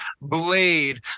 Blade